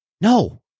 No